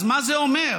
אז מה זה אומר?